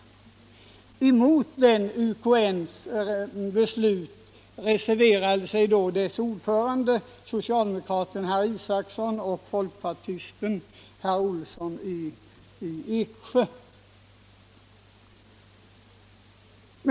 Mot detta beslut reserverade sig nämndens = ordförande, socialdemokraten = herr Isakson, och folkpartisten Olsson i Eksjö.